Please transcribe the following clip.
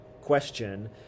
question